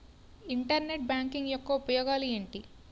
Internet banking యెక్క ఉపయోగాలు ఎంటి?